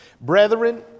Brethren